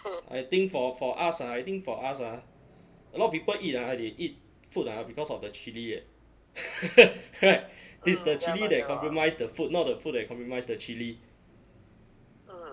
I think for for us ah I think for us ah a lot of people eat ah they eat food ah because of the chilli eh is the chilli that compromise the food not the food that compromise the chilli